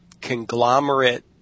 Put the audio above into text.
conglomerate